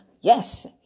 yes